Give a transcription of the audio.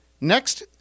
Next